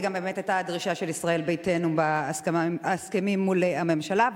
זו באמת היתה הדרישה של ישראל ביתנו בהסכמים מול הממשלה,